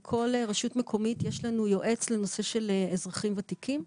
לכן בכל רשות מקומית יש לנו יועץ של אזרחים ותיקים.